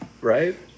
Right